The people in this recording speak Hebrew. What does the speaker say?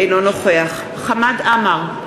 אינו נוכח חמד עמאר,